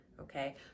okay